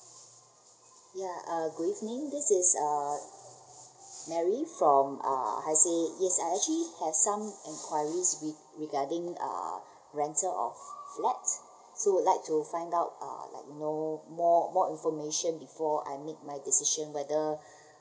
ya err good evening this is uh mary from uh I_C_E_A_S I actually has um enquiries to be regarding uh rental of flat so I would like to find out uh like no more more information before I make my decision whether